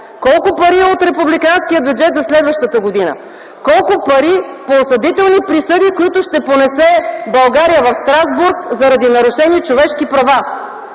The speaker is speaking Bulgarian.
Колко пари от републиканския бюджет за следващата година? Колко пари по осъдителни присъди, които ще понесе България в Страсбург заради нарушени човешки права?